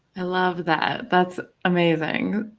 i love that. that's amazing.